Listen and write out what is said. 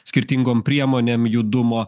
skirtingom priemonėm judumo